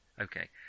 Okay